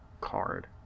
card